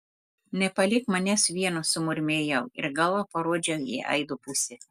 nepalik manęs vieno sumurmėjau ir galva parodžiau į aido pusę